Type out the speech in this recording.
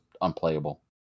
unplayable